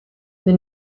the